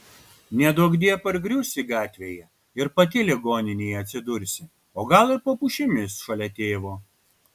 neduokdie pargriūsi gatvėje ir pati ligoninėje atsidursi o gal ir po pušimis šalia tėvo